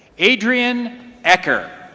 adrienne ecker.